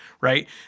right